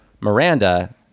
Miranda